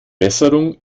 besserung